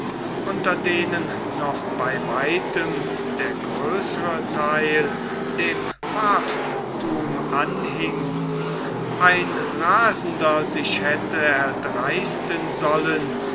unter denen noch bei weitem der größere theil dem papstthum anhing ein rasender sich hätte erdreisten sollen